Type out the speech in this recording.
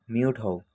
mute হও